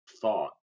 thought